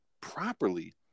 properly